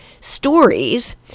stories